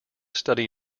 study